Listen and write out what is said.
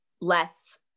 less